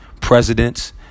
presidents